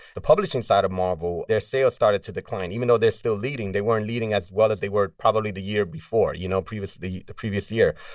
the publishing side of marvel their sales started to decline. even though they're still leading, they weren't leading as well as they were probably the year before, you know, previously the the previous year.